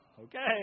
okay